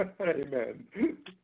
Amen